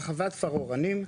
הרחבת כפר אורנים,